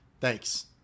Thanks